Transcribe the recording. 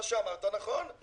מה שאמרת נכון,